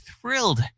thrilled